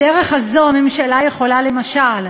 בדרך הזאת הממשלה יכולה, למשל,